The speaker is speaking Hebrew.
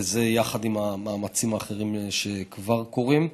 וזה, יחד עם המאמצים האחרים שכבר קורים.